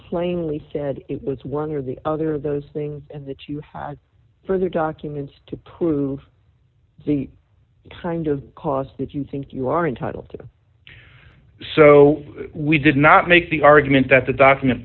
plainly said it was one or the other those things and that you had further documents to prove the kind of cost that you think you are entitled to so we did not make the argument that the document